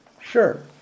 sure